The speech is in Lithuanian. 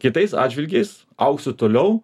kitais atžvilgiais augsiu toliau